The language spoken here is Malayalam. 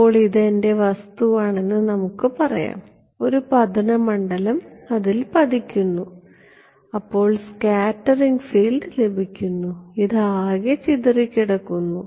അതിനാൽ ഇത് എന്റെ വസ്തുവാണെന്ന് നമുക്ക് പറയാംഒരു പതന മണ്ഡലം അതിൽ പതിക്കുന്നു അപ്പോൾ സ്കാറ്ററിംഗ് ഫീൽഡ് ലഭിക്കുന്നു ഇത് ആകെ ചിതറിക്കിടക്കുന്നു